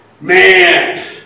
Man